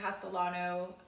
Castellano